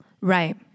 Right